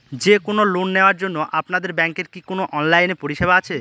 যে কোন লোন নেওয়ার জন্য আপনাদের ব্যাঙ্কের কি কোন অনলাইনে পরিষেবা আছে?